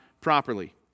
properly